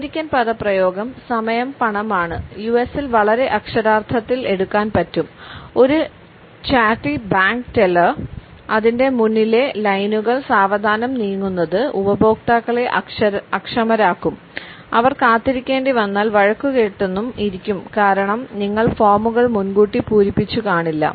American പദപ്രയോഗം സമയം പണമാണ് യുഎസിൽ വളരെ അക്ഷരാർത്ഥത്തിൽ എടുക്കാൻ പറ്റും ഒരു ചാറ്റി ബാങ്ക് ടെല്ലർ അതിന്റെ മുന്നിലെ ലൈനുകൾ സാവധാനം നീങ്ങുന്നത് ഉപഭോക്താക്കളെ അക്ഷമരാക്കും അവർ കാത്തിരിക്കേണ്ടി വന്നാൽ വഴക്കു കേട്ടെന്നും ഇരിക്കും കാരണം നിങ്ങൾ ഫോമുകൾ മുൻകൂട്ടി പൂരിപ്പിച്ചു കാണില്ല